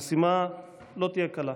המשימה לא תהיה קלה.